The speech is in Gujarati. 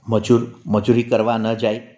મજૂર મજૂરી કરવા ન જાય